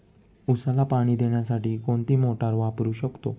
उसाला पाणी देण्यासाठी कोणती मोटार वापरू शकतो?